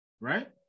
right